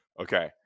Okay